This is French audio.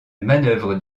manœuvres